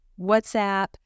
WhatsApp